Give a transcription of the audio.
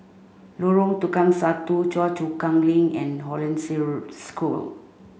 Lorong Tukang Satu Choa Chu Kang Link and Hollandse Road School